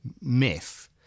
myth